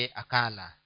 akala